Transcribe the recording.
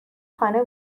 خانه